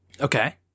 Okay